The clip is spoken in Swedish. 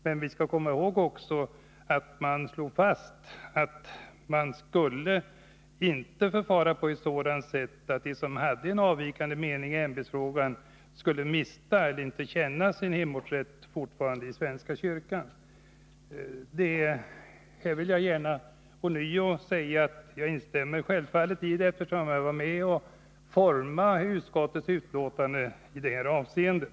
Men vi skall komma ihåg att det också slogs fast att man inte skulle förfara på ett sådant sätt att de som hade en avvikande mening i ämbetsfrågan skulle mista eller inte känna sin hemortsrätt i svenska kyrkan. Jag vill gärna ånyo säga att jag självfallet instämmer i detta, eftersom jag var med om att utforma utskottets betänkande i detta avseende.